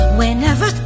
whenever